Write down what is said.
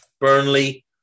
Burnley